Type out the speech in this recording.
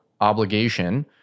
obligation